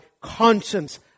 conscience